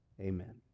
Amen